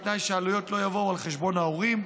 בתנאי שהעלויות לא יבואו על חשבון ההורים.